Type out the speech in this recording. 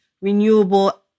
renewable